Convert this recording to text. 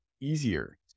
easier